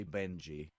Benji